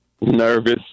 Nervous